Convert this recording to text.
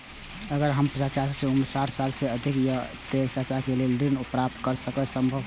अगर हमर चाचा के उम्र साठ साल से अधिक या ते हमर चाचा के लेल ऋण प्राप्त करब संभव होएत?